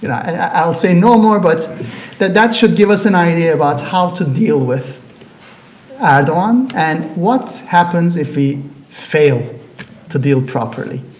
and i'll say no more but that that should give us an idea of ah how to deal with erdogan and what happens if we fail to deal properly.